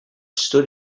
stood